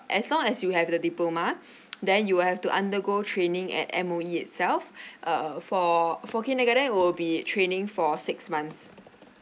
as long as you have the diploma then you will have to undergo training at M_O_E itself uh for for kindergarten will be training for six months